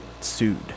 sued